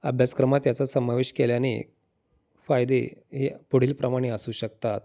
अभ्यासक्रमात त्याचा समावेश केल्याने फायदे हे पुढीलप्रमाणे असू शकतात